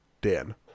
Dan